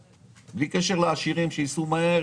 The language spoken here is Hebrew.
בלי קשר לעשירים שייסעו מהר.